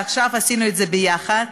עכשיו עשינו את זה יחד,